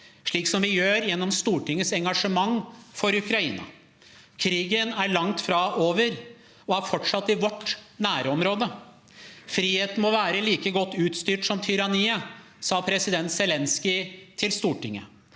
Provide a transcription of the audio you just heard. slik som vi gjør gjennom Stortingets engasjement for Ukraina. Krigen er langt fra over og er fortsatt i vårt nærområde. Friheten må være like godt utstyrt som tyranniet, sa president Zelenskyj til Stortinget.